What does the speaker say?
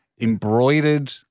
Embroidered